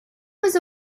was